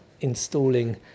installing